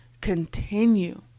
Continue